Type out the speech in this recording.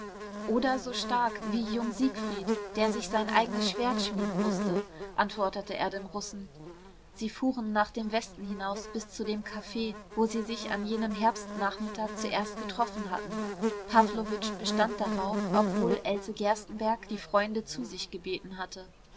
oder so stark wie jung siegfried der sich sein eigenes schwert schmieden mußte antwortete er dem russen sie fuhren nach dem westen hinaus bis zu dem caf wo sie sich an jenem herbstnachmittag zuerst getroffen hatten pawlowitsch bestand darauf obwohl else gerstenbergk die freunde zu sich gebeten hatte